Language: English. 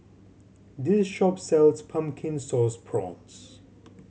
this shop sells Pumpkin Sauce Prawns